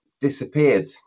disappeared